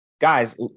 guys